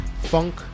funk